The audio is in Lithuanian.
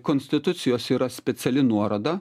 konstitucijos yra speciali nuoroda